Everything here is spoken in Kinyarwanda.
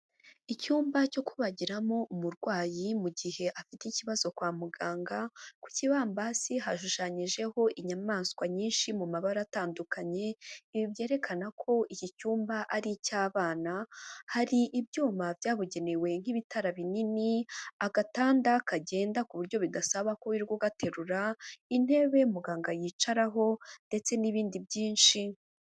Icyumba cyo kubagiramo umurwayi mu gihe afite ikibazo kwa muganga, ku kibambasi hashushanyijeho inyamaswa nyinshi mu mabara atandukanye, ibi byerekana ko iki cyumba ari icy'abana, hari ibyuma byabugenewe nk'ibitara binini, agatanda kagenda ku buryo bidasaba ko wirirwa ugaterura, intebe muganga yicaraho ndetse n'ibindi byinshi.